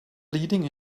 leading